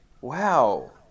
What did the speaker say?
wow